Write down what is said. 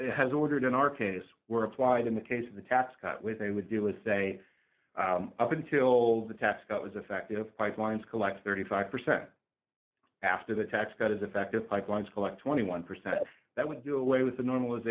was has ordered in our case were applied in the case of the tax cut way they would do is say up until the tax cut was effective five lines collect thirty five percent after the tax cut is effective pipelines collect twenty one percent that would do away with the normal